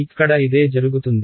ఇక్కడ ఇదే జరుగుతుంది